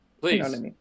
please